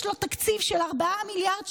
יש לו תקציב של 4 מיליארד שקלים,